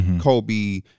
Kobe